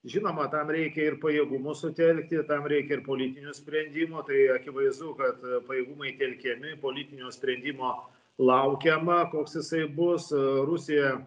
žinoma tam reikia ir pajėgumus sutelkti tam reikia ir politinių sprendimų tai akivaizdu kad pajėgumai telkiami politinio sprendimo laukiama koks jisai bus rusija